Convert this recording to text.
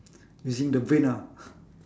using the brain ah